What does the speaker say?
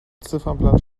ziffernblatt